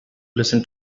listen